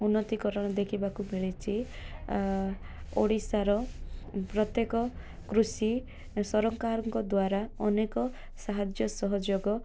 ଉନ୍ନତିକରଣ ଦେଖିବାକୁ ମିଳିଛି ଓଡ଼ିଶାର ପ୍ରତ୍ୟେକ କୃଷି ସରକାରଙ୍କ ଦ୍ୱାରା ଅନେକ ସାହାଯ୍ୟ ସହଯୋଗ